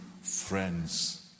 friends